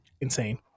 insane